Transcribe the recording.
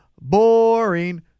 Boring